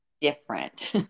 different